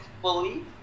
fully